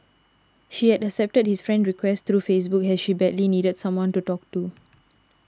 she had accepted his friend request through Facebook as she badly needed someone to talk to